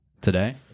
Today